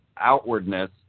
outwardness